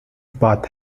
path